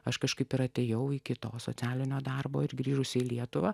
aš kažkaip ir atėjau į kito socialinio darbo ir grįžusi į lietuvą